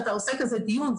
שאתה עושה כזה דיון,